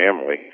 family